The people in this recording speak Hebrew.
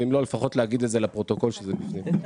ואם לא לפחות להגיד את זה לפרוטוקול שזה בפנים.